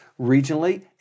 regionally